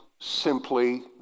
simply